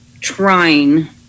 trying